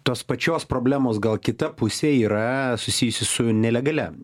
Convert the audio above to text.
tos pačios problemos gal kita pusė yra susijusi su nelegalia